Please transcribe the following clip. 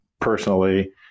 personally